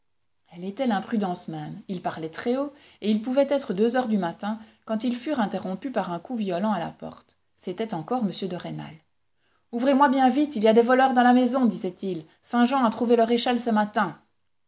elle était l'imprudence même ils parlaient très haut et il pouvait être deux heures du matin quand ils furent interrompus par un coup violent à la porte c'était encore m de rênal ouvrez-moi bien vite il y a des voleurs dans la maison disait-il saint-jean a trouvé leur échelle ce matin